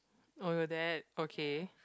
oh your dad okay